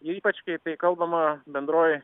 ypač kai kai kalbama bendroj